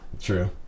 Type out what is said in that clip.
true